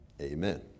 Amen